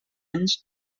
anys